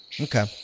Okay